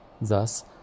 Thus